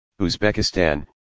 Uzbekistan